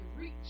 reach